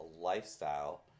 lifestyle